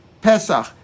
Pesach